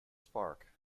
spark